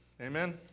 Amen